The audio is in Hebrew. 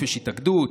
חופש התאגדות,